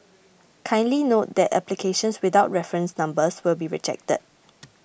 kindly note that applications without reference numbers will be rejected